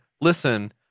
listen